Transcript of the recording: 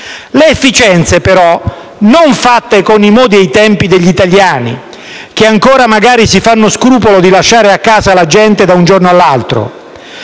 Queste ultime, però, non sono fatte con i modi e i tempi degli italiani, che ancora magari si fanno scrupolo di lasciare a casa la gente da un giorno all'altro,